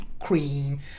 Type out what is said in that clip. cream